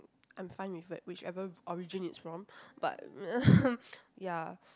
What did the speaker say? I'm fine with w~ whichever origin it's from but ya